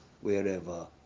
wherever